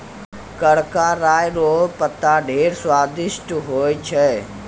करका राय रो पत्ता ढेर स्वादिस्ट होय छै